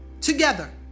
together